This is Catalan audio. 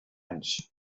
anys